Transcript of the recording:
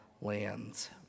lands